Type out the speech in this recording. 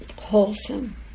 wholesome